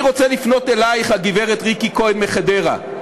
אני רוצה לפנות אלייך, הגברת ריקי כהן מחדרה: